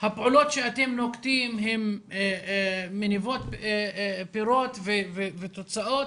הפעולות שאתם נוקטים מניבות פירות ותוצאות